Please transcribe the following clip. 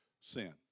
sin